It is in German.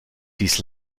dies